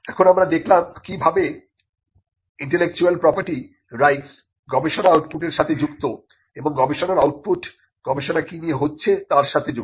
এখন আমরা দেখলাম কিভাবে ইন্টেলেকচুয়াল প্রপার্টি রাইটস গবেষণা আউটপুটের সাথে যুক্ত এবং গবেষণার আউটপুট গবেষণা কি নিয়ে হচ্ছে তার সাথে যুক্ত